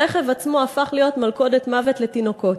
הרכב עצמו הפך להיות מלכודת מוות לתינוקות.